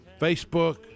Facebook